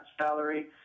salary